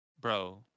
Bro